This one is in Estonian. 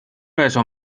naise